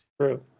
True